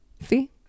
See